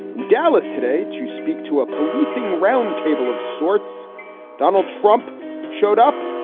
dallas today to speak to a policing roundtable of sorts donald trump showed up.